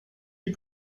est